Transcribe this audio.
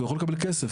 הוא יכול לקבל כסף,